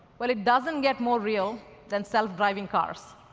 well, it doesn't get more real than self-driving cars.